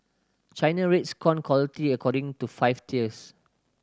China rates corn quality according to five tiers